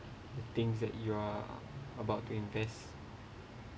the things that you are about to invest